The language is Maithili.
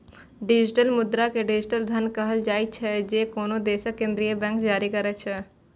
डिजिटल मुद्रा कें डिजिटल धन कहल जाइ छै, जे कोनो देशक केंद्रीय बैंक जारी करै छै